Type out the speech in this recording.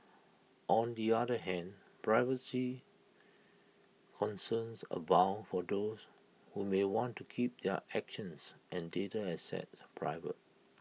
on the other hand privacy concerns abound for those who may want to keep their actions and data assets private